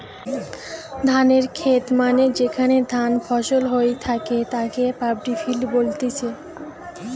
ধানের খেত মানে যেখানে ধান ফসল হই থাকে তাকে পাড্ডি ফিল্ড বলতিছে